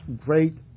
great